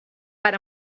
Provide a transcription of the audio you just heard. per